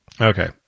Okay